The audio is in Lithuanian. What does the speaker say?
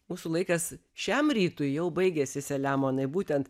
mūsų laikas šiam rytui jau baigėsi selemonai būtent